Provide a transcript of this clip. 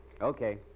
Okay